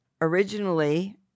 originally